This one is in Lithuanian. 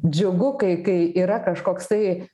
džiugu kai kai yra kažkoksai